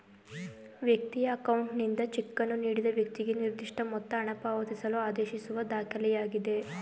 ವ್ಯಕ್ತಿಯ ಅಕೌಂಟ್ನಿಂದ ಚೆಕ್ಕನ್ನು ನೀಡಿದ ವ್ಯಕ್ತಿಗೆ ನಿರ್ದಿಷ್ಟಮೊತ್ತ ಹಣಪಾವತಿಸಲು ಆದೇಶಿಸುವ ದಾಖಲೆಯಾಗಿದೆ